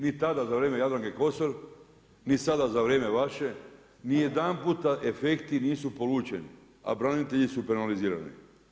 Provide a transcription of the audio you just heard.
Ni tada za vrijeme Jadranke Kosor, ni sada za vrijeme vaše, ni jedan puta efekti nisu polučeni a branitelji su penalizirani.